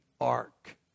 ark